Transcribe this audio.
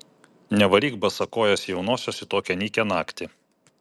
nevaryk basakojės jaunosios į tokią nykią naktį